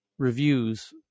reviews